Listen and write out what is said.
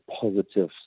positive